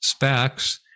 SPACs